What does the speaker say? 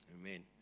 Amen